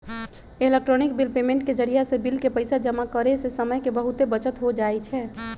electronic bill payment के जरियासे bill के पइसा जमा करेयसे समय के बहूते बचत हो जाई छै